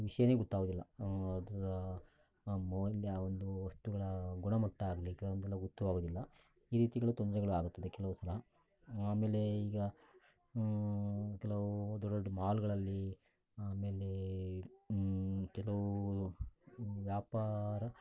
ವಿಷಯನೇ ಗೊತ್ತಾಗೋದಿಲ್ಲ ಆವೊಂದು ವಸ್ತುಗಳ ಗುಣಮಟ್ಟ ಆಗಲಿ ಕೆಲವೊಂದೆಲ್ಲ ಗೊತ್ತು ಆಗೋದಿಲ್ಲ ಈ ರೀತಿಗಳ ತೊಂದರೆಗಳು ಆಗುತ್ತದೆ ಕೆಲವು ಸಲ ಆಮೇಲೆ ಈಗ ಕೆಲವು ದೊಡ್ದೊಡ್ಡ ಮಾಲ್ಗಳಲ್ಲಿ ಆಮೇಲೆ ಕೆಲವು ವ್ಯಾಪಾರ